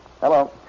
Hello